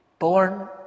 Born